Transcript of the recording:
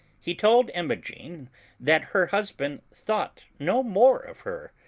he told imogen that her husband thought no more of her,